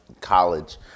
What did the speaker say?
college